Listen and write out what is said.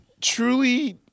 truly